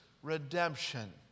Redemption